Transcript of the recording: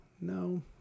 no